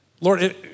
Lord